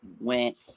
went